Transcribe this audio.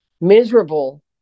miserable